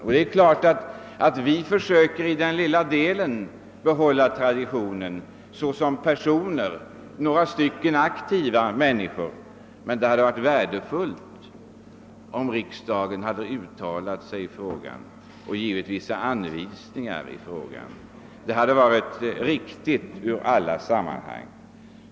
Vi är några aktiva personer i den lilla staden som försöker behålla traditionen, och det hade varit värdefullt från alla synpunkter om riksdagen genom ett uttalande i frågan hade givit några anvisningar.